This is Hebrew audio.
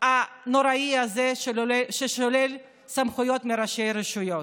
הנוראי הזה ששולל סמכויות מראשי רשויות.